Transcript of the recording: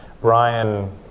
Brian